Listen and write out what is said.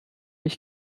ich